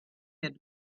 said